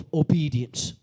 obedience